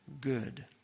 good